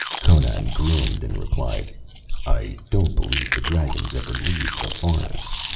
conan grinned, and replied i don't believe the dragons ever leave the forest.